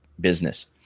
business